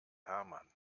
hermann